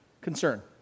concern